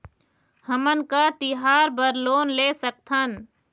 हमन का तिहार बर लोन ले सकथन?